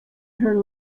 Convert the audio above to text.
her